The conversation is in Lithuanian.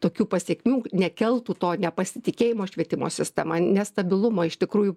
tokių pasekmių nekeltų to nepasitikėjimo švietimo sistema nestabilumo iš tikrųjų